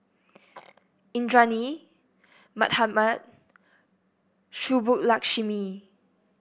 Indranee Mahatma Subbulakshmi